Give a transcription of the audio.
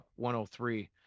103